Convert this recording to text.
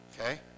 Okay